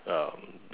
um